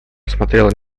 смотрела